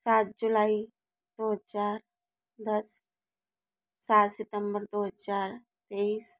सात जुलाई दो हजार दस सात सितम्बर दो हजार तेईस